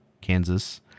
Kansas